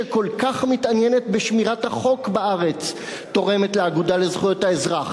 שכל כך מתעניינת בשמירת החוק בארץ: תורמת ל"אגודה לזכויות האזרח",